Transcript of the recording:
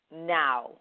now